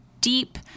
deep